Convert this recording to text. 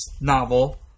novel